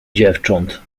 dziewcząt